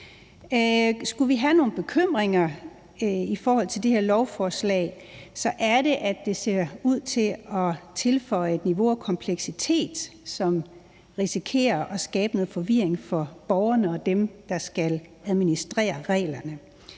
Skulle vi have nogle bekymringer i forhold til det her lovforslag, er det, at det ser ud til at tilføje et niveau af kompleksitet, som risikerer at skabe noget forvirring for borgerne og dem, der skal administrere reglerne.